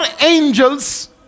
angels